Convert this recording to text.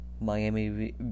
Miami